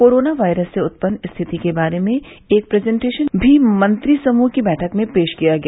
corona virus से उत्पन्न स्थिति के बारे में एक प्रजेंटेशन भी मंत्री समूह की बैठक में पेश किया गया